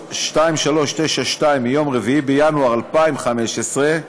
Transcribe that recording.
2392 מיום 4 בינואר 2015,